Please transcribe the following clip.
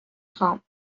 خوام